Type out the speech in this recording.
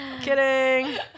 Kidding